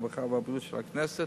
הרווחה והבריאות של הכנסת.